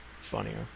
funnier